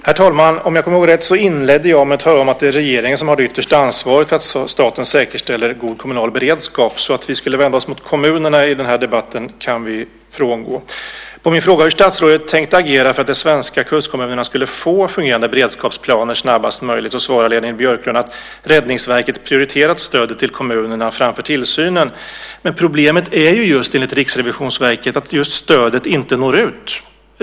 Herr talman! Om jag kommer ihåg rätt inledde jag med att tala om att det är regeringen som har det yttersta ansvaret för att staten säkerställer god kommunal beredskap, så att vi skulle vända oss mot kommunerna i den här debatten kan vi frångå. På min fråga hur statsrådet tänkt agera för att de svenska kustkommunerna skulle få fungerande beredskapsplaner snabbast möjligt svarar Leni Björklund att Räddningsverket prioriterat stödet till kommunerna framför tillsynen. Men problemet är ju just, enligt Riksrevisionen, att stödet inte når ut.